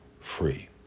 free